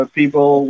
people